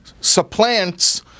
supplants